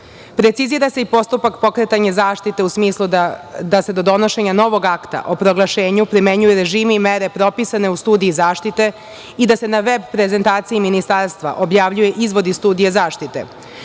lice. Precizira se i postupak pokretanja zaštite u smislu da se do donošenja novog akta o proglašenju primenjuju režimi i mere propisane u studiji zaštite i da se na veb prezentaciji Ministarstva objavljuje izvod iz studije zaštite,